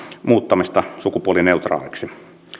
muuttamisesta sukupuolineutraaliksi